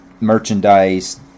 merchandise